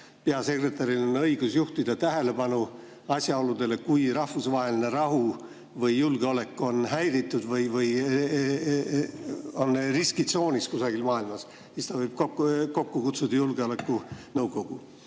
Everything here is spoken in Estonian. peasekretäril on õigus juhtida tähelepanu asjaoludele, kui rahvusvaheline rahu või julgeolek on häiritud või riskitsoonis kusagil maailmas, ja siis ta võib kokku kutsuda julgeolekunõukogu.